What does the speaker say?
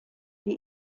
die